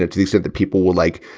to to the extent that people will like,